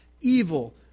evil